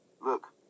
Look